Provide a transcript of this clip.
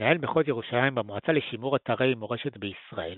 - מנהל מחוז ירושלים במועצה לשימור אתרי מורשת בישראל,